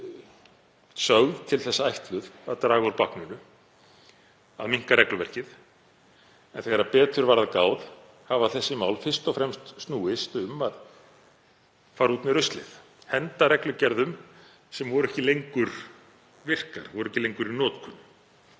hafa verið sögð til þess ætluð að draga úr bákninu, að minnka regluverkið. En þegar betur er að gáð hafa þessi mál fyrst og fremst snúist um að fara út með ruslið; henda reglugerðum sem ekki voru lengur virkar, voru ekki lengur í notkun,